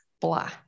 blah